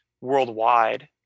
Worldwide